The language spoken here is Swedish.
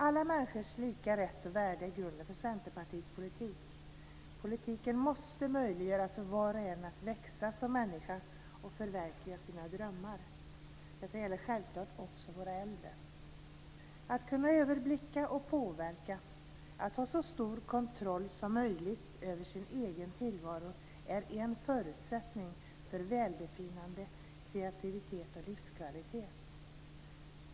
Alla människors lika rätt och värde är grunden för Centerpartiets politik. Politiken måste möjliggöra för var och en att växa som människa och förverkliga sina drömmar. Detta gäller självklart också våra äldre. Att kunna överblicka och påverka, att ha så stor kontroll som möjligt över sin egen tillvaro är en förutsättning för välbefinnande, kreativitet och livskvalitet.